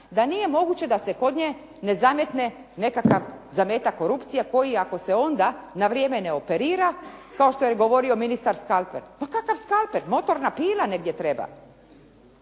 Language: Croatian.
da nije moguće da se kod nje ne zametne nekakav zametak korupcije koji ako se onda na vrijeme ne operira, kao što je govorio ministar Skalpel, ma kakav Skalpel motorna pila negdje treba.